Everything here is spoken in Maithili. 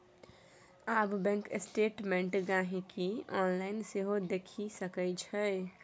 आब बैंक स्टेटमेंट गांहिकी आनलाइन सेहो देखि सकै छै